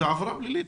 זו עבירה פלילית.